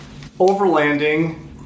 overlanding